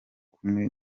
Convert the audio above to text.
kumwe